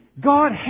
God